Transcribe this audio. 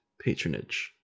patronage